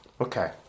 Okay